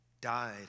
died